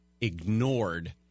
ignored